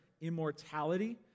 immortality